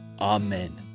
Amen